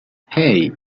hey